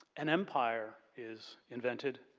an empire is invented,